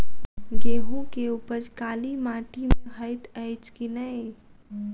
गेंहूँ केँ उपज काली माटि मे हएत अछि की नै?